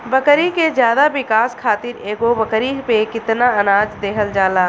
बकरी के ज्यादा विकास खातिर एगो बकरी पे कितना अनाज देहल जाला?